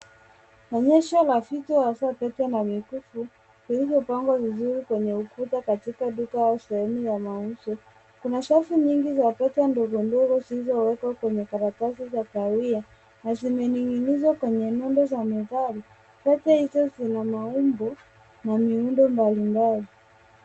Maonyesho la vitu hasa pete na mikufu zilizopangwa vizuri kwenye ukuta katika duka au sehemu ya mauzo. Kuna safu nyingi za pete ndogo ndogo zilizowekwa kwenye karatasi za kahawia na zimeninginizwa kwenye nyundo za methali. Pete hizo zina maumbo na miundo mbalimbali.